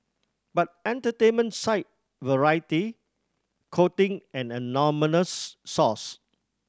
but entertainment site Variety quoting an anonymous source